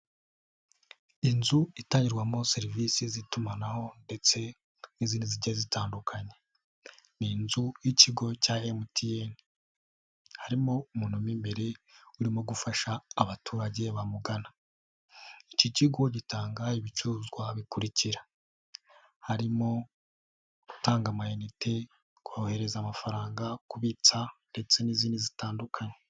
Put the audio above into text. Inzu itangirwamo serivisi z'itumanaho ndetse n'izindi zigiye zitandukanye, ni inzu y'ikigo cya MTN, harimo umuntu w'imbere urimo gufasha abaturage bamugana, iki kigo gitanga ibicuruzwa bikurikira, harimo: gutanga amayinite, kohereza amafaranga, kubitsa ndetse n'izindi zitandukanye.